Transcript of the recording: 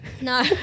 No